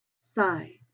sigh